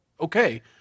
okay